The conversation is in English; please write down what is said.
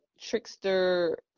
trickster